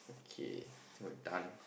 okay I think we're done